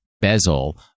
Bezel